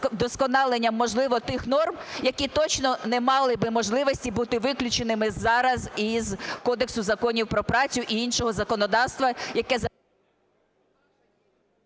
Дякую.